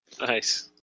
Nice